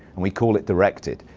we call it directed.